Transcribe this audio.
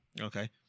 Okay